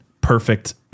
perfect